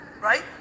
Right